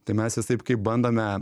tai mes visaip kaip bandome